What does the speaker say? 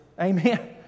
Amen